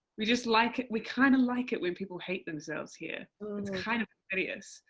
we just like it, we kind of like it when people hate themselves here. it's kind of hideous,